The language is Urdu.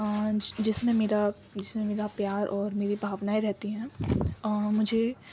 جس میں میرا جس میں مرا پیار اور میری بھاؤنائیں رہتی ہیں مجھے